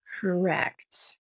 Correct